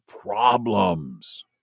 problems